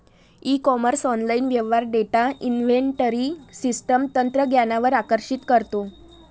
E commerce online व्यवहार data inventory system तंत्रज्ञानावर आकर्षित करतो